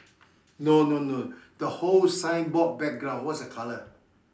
no no no the whole signboard background what is the colour